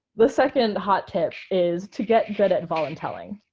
the second hot tip is to get good at voluntelling.